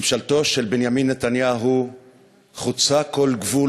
ממשלתו של בנימין נתניהו חוצה כל גבול